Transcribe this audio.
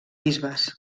bisbes